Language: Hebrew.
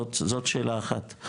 זאת שאלה אחת.